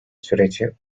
süreci